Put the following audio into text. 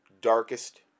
darkest